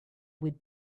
would